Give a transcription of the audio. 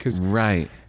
right